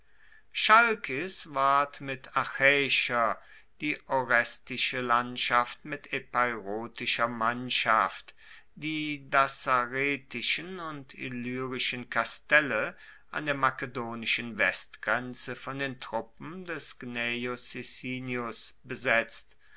chalkis ward mit achaeischer die orestische landschaft mit epeirotischer mannschaft die dassaretischen und illyrischen kastelle an der makedonischen westgrenze von den truppen des gnaeus sicinius besetzt